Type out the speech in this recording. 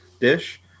dish